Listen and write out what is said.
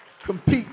Compete